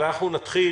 אנחנו נתחיל,